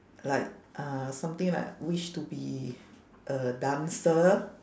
like uh something like wish to be a dancer